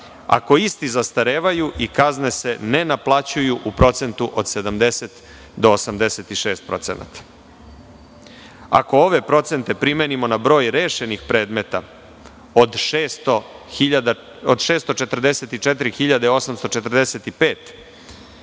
ako isti zastarevaju i kazne se ne naplaćuju u procentu od 70% do 86%. Ako ove procente primenimo na broj rešenih predmeta, od 644.845,